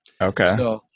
Okay